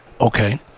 Okay